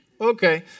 Okay